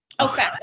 Okay